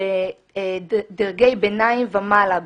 בדרגי ביניים ומעלה,